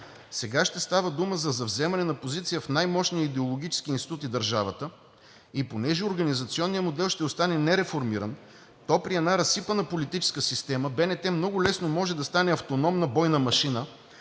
Сега ще става дума за завземане на позиция в най-мощния идеологически институт в държавата и понеже организационният модел ще остане нереформиран, то при една разсипана политическа система БНТ много лесно може да стане автономна бойна машина,